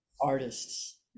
artists